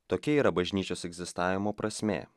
tokia yra bažnyčios egzistavimo prasmė